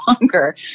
longer